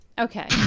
Okay